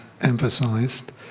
emphasized